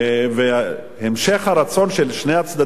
והמשך הרצון של שני הצדדים,